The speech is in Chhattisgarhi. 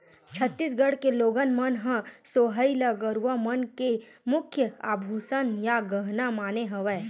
छत्तीसगढ़ के लोगन मन ह सोहई ल गरूवा मन के मुख्य आभूसन या गहना माने हवय